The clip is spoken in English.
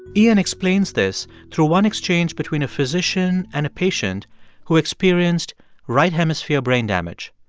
iain explains this through one exchange between a physician and a patient who experienced right hemisphere brain damage.